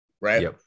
Right